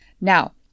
Now